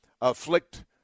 afflict